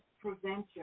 prevention